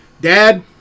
Dad